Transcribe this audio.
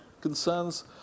concerns